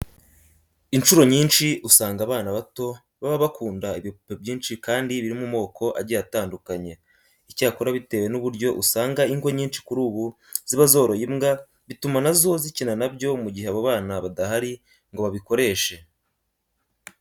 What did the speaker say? Incuro nyinshi usanga abana bato baba bakunda ibipupe byinshi kandi biri mu moko agiye atandukanye. Icyakora bitewe n'uburyo usanga ingo nyinshi kuri ubu ziba zoroye imbwa, bituma na zo zikina na byo mu gihe abo bana badahari ngo babikoreshe.